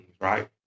right